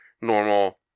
normal